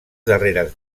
darreres